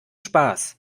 spaß